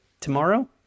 tomorrow